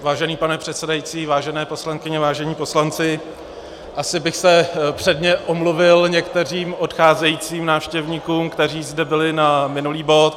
Vážený pane předsedající, vážené poslankyně, vážení poslanci, asi bych se předně omluvil některým odcházejícím návštěvníkům, kteří zde byli na minulý bod.